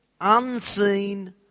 unseen